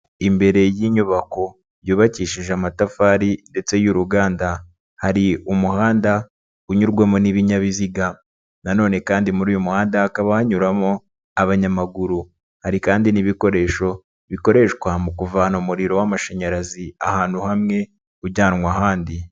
Imbere y'inyubako yubakishije amatafari ndetse y'uruganda. Hari umuhanda unyurwamo n'ibinyabiziga na none kandi muri uyu muhanda hakaba hanyuramo abanyamaguru. Hari kandi n'ibikoresho bikoreshwa mu kuvana umuriro w'amashanyarazi ahantu hamwe ujyanwa ahandi.